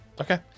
Okay